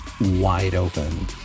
wide-open